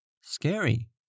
scary